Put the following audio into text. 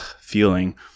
feeling